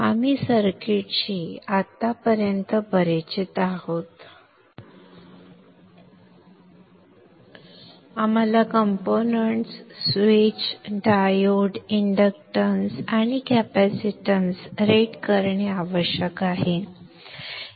आपण सर्किटशी आत्तापर्यंत परिचित आहोत आम्हाला कंपोनेंट्स स्विच डायोड इंडक्टन्स आणि कॅपेसिटन्स रेट करणे आवश्यक आहे